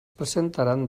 presentaran